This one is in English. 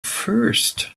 first